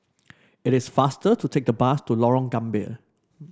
it is faster to take the bus to Lorong Gambir